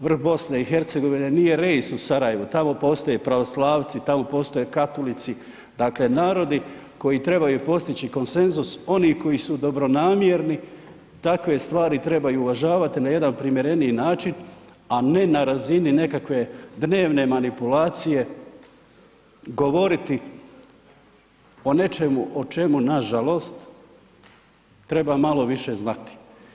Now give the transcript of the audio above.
Vrh BiH nije Reisul u Sarajevu, tamo postoje i pravoslavci, tamo postoje katolici, dakle narodi koji trebaju postići konsenzus, oni koji su dobronamjerni, takve stvari trebaju uvažavati na jedan primjereniji način a ne na razini nekakve dnevne manipulacije govoriti o nečemu o čemu nažalost treba malo više znati.